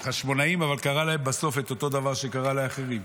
בסופו של דבר קרה לחשמונאים אותו הדבר שקרה לאחרים: